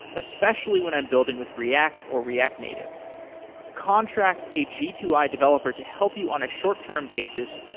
especially when i'm building with react or react native contract a g two i developer to help you on a short-term basis,